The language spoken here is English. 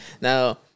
Now